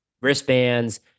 wristbands